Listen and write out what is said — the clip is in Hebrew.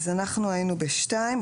אז היינו בסעיף 2,